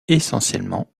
essentiellement